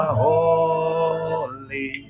holy